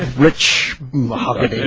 ah rich margaret